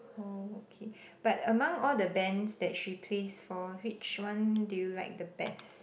okay but among all the bands that she plays for which one did you like the best